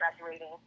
graduating